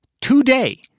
today